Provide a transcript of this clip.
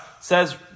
says